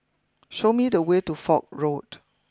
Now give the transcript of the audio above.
show me the way to Foch Road